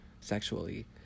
sexually